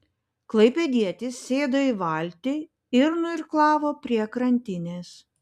klaipėdietis sėdo į valtį ir nuirklavo prie krantinės